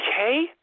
okay